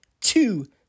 two